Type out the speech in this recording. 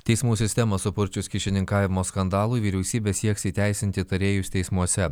teismų sistemą supurčius kyšininkavimo skandalui vyriausybė sieks įteisinti tarėjus teismuose